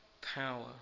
power